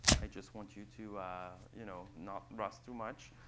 i just want you to you know not rush too much.